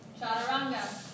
Chaturanga